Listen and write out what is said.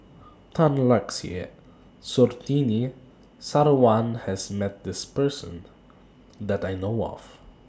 Tan Lark Sye and Surtini Sarwan has Met This Person that I know of